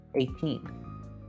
18